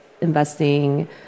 investing